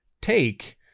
take